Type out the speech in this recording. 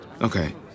Okay